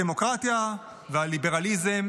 הדמוקרטיה והליברליזם,